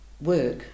work